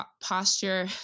posture